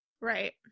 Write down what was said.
Right